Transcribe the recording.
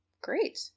Great